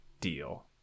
deal